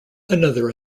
another